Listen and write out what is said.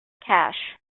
cash